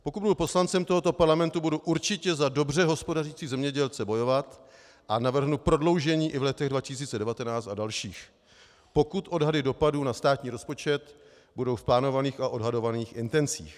Pokud budu poslancem tohoto parlamentu, budu určitě za dobře hospodařící zemědělce bojovat a navrhnu prodloužení i v letech 2019 a dalších, pokud odhady dopadů na státní rozpočet budou v plánovaných a odhadovaných intencích.